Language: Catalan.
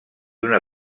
una